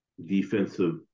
defensive